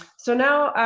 so now,